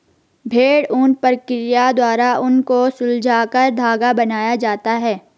भेड़ ऊन प्रक्रिया द्वारा ऊन को सुलझाकर धागा बनाया जाता है